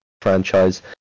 franchise